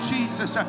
Jesus